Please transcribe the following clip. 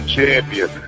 champion